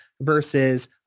versus